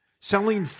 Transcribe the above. Selling